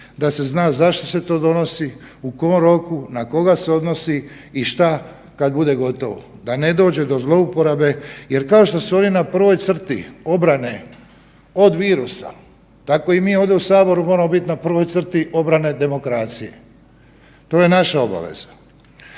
da se zna zašto se to donosi, u kom roku, na koga se odnosi i šta kad bude gotovo. Da ne dođe do zlouporabe jer kao što su oni na prvoj crti obrane od virusa, tako i mi ovdje u saboru moramo biti na prvoj crti obrane demokracije, to je naša obaveza.